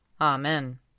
Amen